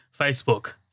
Facebook